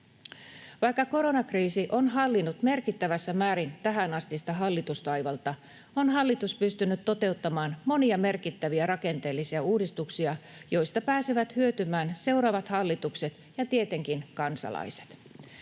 Vaikka koronakriisi on hallinnut merkittävässä määrin tähänastista hallitustaivalta, on hallitus pystynyt toteuttamaan monia merkittäviä rakenteellisia uudistuksia, joista pääsevät hyötymään seuraavat hallitukset ja tietenkin kansalaiset.